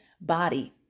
body